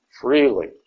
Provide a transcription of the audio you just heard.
freely